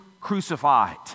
crucified